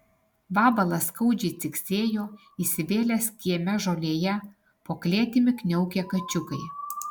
vabalas skaudžiai ciksėjo įsivėlęs kieme žolėje po klėtimi kniaukė kačiukai